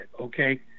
Okay